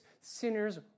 sinners